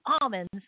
almonds